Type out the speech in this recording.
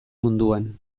munduan